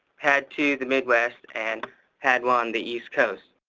padd two the midwest, and padd one the east coast.